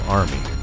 army